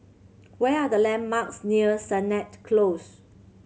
where are the landmarks near Sennett Close